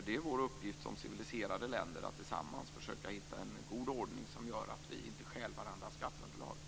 Det är vår uppgift som civiliserade länder att tillsammans försöka hitta en god ordning som gör att vi inte stjäl varandras skatteunderlag.